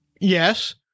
Yes